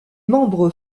membre